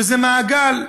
וזה מעגל.